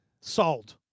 sold